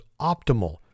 optimal